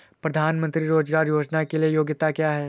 प्रधानमंत्री रोज़गार योजना के लिए योग्यता क्या है?